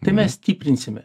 tai mes stiprinsime